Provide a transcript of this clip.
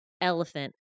elephant